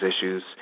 issues